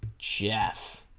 jeff